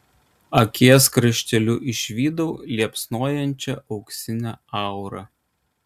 akies krašteliu išvydau liepsnojančią auksinę aurą